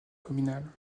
communale